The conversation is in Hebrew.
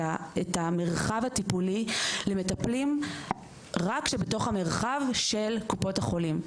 המרחב הטיפולי למטפלים רק בתוך המרחב של קופות החולים.